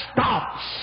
stops